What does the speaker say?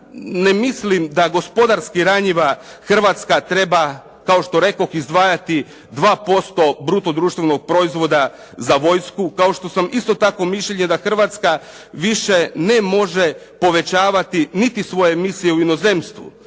ne mislim da gospodarski ranjiva Hrvatska treba kao što rekoh izdvajati 2% bruto društvenog proizvoda za vojsku kao što sam isto tako mišljenja da Hrvatska više ne može povećavati niti svoje misije u inozemstvu.